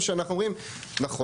או שאנחנו אומרים נכון,